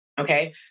Okay